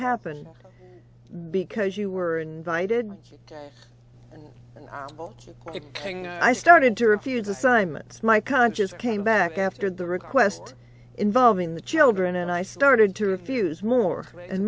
happen because you were invited and you king i started to refuse assignments my conscious came back after the request involving the children and i started to refuse more and